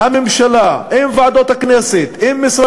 חבר הכנסת משה